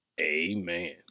amen